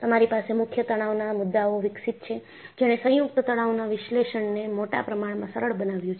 તમારી પાસે મુખ્ય તણાવના મુદ્દાઓ વિકસિત છે જેણે સંયુક્ત તણાવના વિશ્લેષણને મોટા પ્રમાણમાં સરળ બનાવ્યું છે